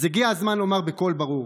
אז הגיע הזמן לומר בקול ברור: